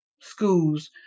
schools